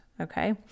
okay